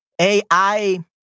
AI